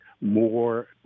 more